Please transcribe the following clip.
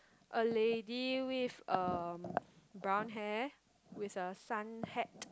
a lady with a brown hair with a sun hat